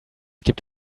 gibt